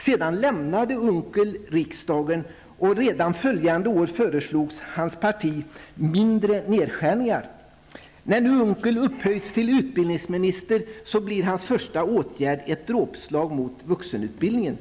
Sedan lämnade Per Unckel riksdagen, och redan följande år föreslog hans parti mindre nedskärningar. När Per Unckel nu upphöjts till utbildningsminister blir hans första åtgärd ett dråpslag mot vuxenutbildningen.